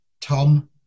Tom